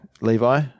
Levi